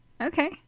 Okay